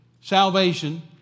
salvation